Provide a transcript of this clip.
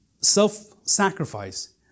self-sacrifice